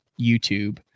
YouTube